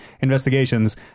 investigations